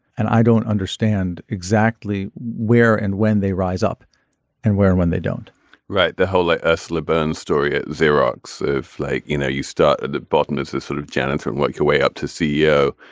and i don't understand exactly where and when they rise up and where when they don't right. the whole ursula burns story at xerox if like you know you start at the bottom it's the sort of janitor work your way up to ceo.